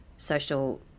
Social